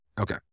Okay